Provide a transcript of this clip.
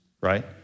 right